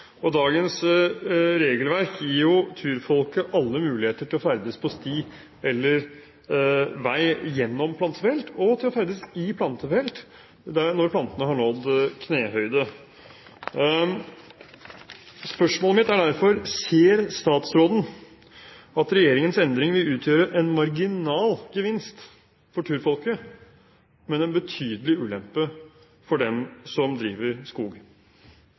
og åpner dermed for fri ferdsel i felt med nyplantet skog. Dagens regelverk gir turfolket alle muligheter til å ferdes på sti eller vei gjennom plantefelt og til å ferdes i plantefelt når plantene har nådd knehøyde. Spørsmålet mitt er derfor: Ser statsråden at regjeringens endring vil utgjøre en marginal gevinst for turfolket, men en betydelig ulempe for dem som driver skog?